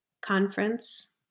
conference